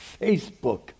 Facebook